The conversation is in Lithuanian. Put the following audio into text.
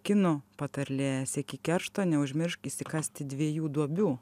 kinų patarlė sieki keršto neužmiršk išsikasti dviejų duobių